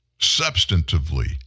Substantively